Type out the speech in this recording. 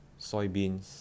soybeans